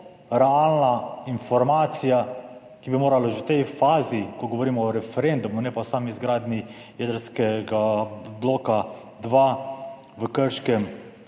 realna informacija, ki bi morala že v tej fazi, ko govorimo o referendumu, ne pa o sami izgradnji jedrskega bloka 2 v Krškem,